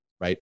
right